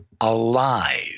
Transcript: alive